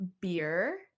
Beer